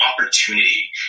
opportunity